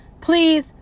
please